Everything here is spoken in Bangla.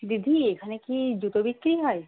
দিদি এখানে কি জুতো বিক্রি হয়